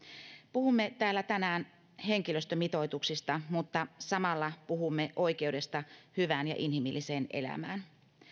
puhumme täällä tänään henkilöstömitoituksista mutta samalla puhumme oikeudesta hyvään ja inhimilliseen elämään